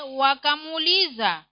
wakamuliza